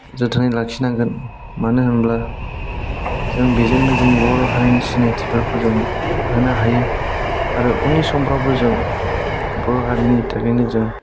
जोथोनै लाखिनांगोन मानो होनब्ला जों बेजोंनो जोंनि बर' हारिनि सिनायथिफोरखौ जों होनो हायो आरो उननि समफ्रावबो जों बर' हारिनि थाखायनो जों